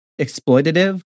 exploitative